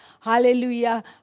hallelujah